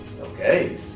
Okay